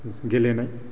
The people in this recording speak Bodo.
गेलेनाय